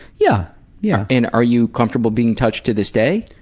yeah yeah and are you comfortable being touched to this day?